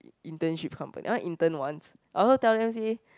internship company I wanna intern once I also tell them say